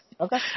Okay